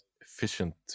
efficient